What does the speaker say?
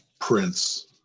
Prince